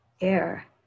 air